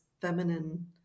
feminine